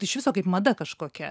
iš viso kaip mada kažkokia